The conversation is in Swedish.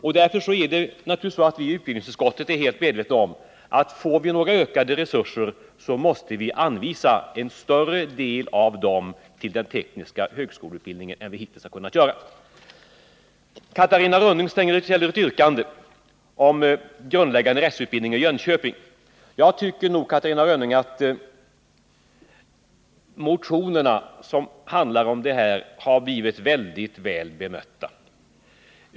I utbildningsutskottet är vi därför naturligtvis medvetna om att när vi får ökade resurser, så måste vi anvisa större anslag till den tekniska högskoleutbildningen än vad vi hittills har kunnat göra. Catarina Rönnung ställer ett yrkande om inrättande av grundläggande rättsutbildning i Jönköping. Jag tycker att de motioner som handlar om detta har blivit väl behandlade.